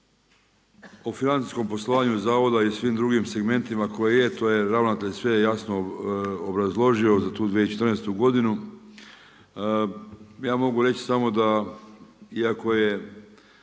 O financijskom poslovanju iz zavoda i svim drugim segmentima koje je, to je ravnatelj sve je jasno obrazložio za tu 2014. godinu ja mogu reći samo da iako je